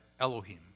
Elohim